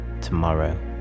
tomorrow